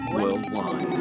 worldwide